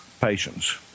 patients